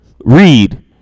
read